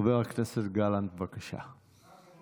חבר הכנסת גלנט, בבקשה.